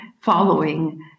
following